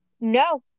No